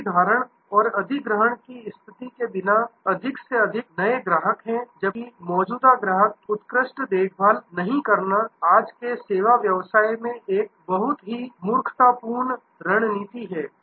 प्रतिधारण और अधिग्रहण की रणनीति के बिना अधिक से अधिक नए ग्राहक हैं जबकि मौजूदा ग्राहक की उत्कृष्ट देखभाल नहीं करना आज के सेवा व्यवसाय में एक बहुत ही मूर्खतापूर्ण रणनीति है